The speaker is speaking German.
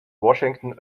washington